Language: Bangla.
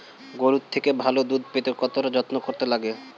গরুর থেকে ভালো দুধ পেতে কতটা যত্ন করতে লাগে